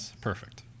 Perfect